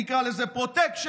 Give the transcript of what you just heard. נקרא לזה פרוטקשן,